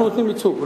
אנחנו נותנים ייצוג.